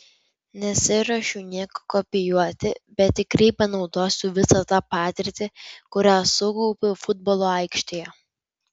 nesiruošiu nieko kopijuoti bet tikrai panaudosiu visą tą patirtį kurią sukaupiau futbolo aikštėje